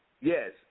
yes